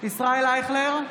ישראל אייכלר,